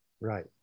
Right